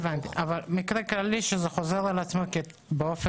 אבל זה מקרה שחוזר על עצמו כדפוס.